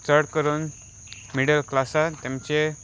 चड करून मिडल क्लासान तांचे